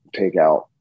takeout